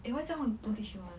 eh why jia hong don't teach you [one]